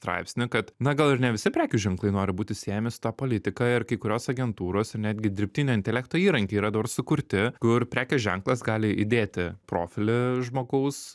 straipsnį kad na gal ir ne visi prekių ženklai nori būti siejami su ta politika ir kai kurios agentūros ir netgi dirbtinio intelekto įrankiai yra dabar sukurti kur prekės ženklas gali įdėti profilį žmogaus